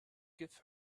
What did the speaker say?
give